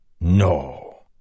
No